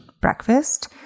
breakfast